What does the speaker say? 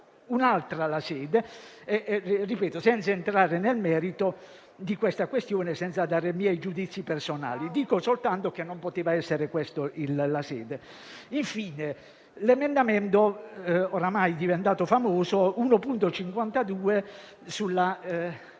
un'altra la sede corretta. Senza entrare nel merito della questione e senza dare miei giudizi personali, dico soltanto che non poteva essere questa la sede. Infine c'è l'emendamento 1.52, oramai diventato famoso, sulla